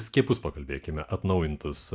skiepus pakalbėkime atnaujintus